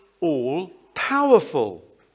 all-powerful